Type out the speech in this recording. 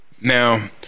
Now